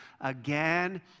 again